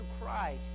Christ